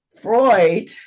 Freud